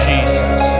Jesus